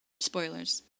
spoilers